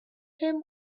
him